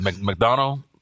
McDonald